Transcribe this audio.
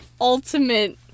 ultimate